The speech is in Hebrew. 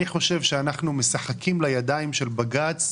אני חושב שאנחנו משחקים לידיים של בג"ץ,